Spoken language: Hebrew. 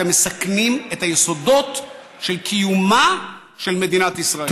אתם מסכנים את היסודות של קיומה של מדינת ישראל.